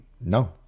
No